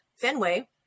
Fenway